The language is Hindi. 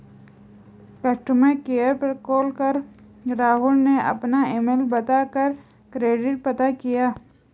कस्टमर केयर पर कॉल कर राहुल ने अपना ईमेल बता कर क्रेडिट पता किया